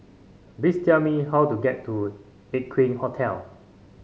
please tell me how to get to Aqueen Hotel